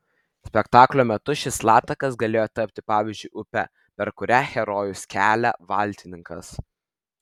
spektaklio metu šis latakas galėjo tapti pavyzdžiui upe per kurią herojus kelia valtininkas